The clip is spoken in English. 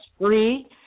free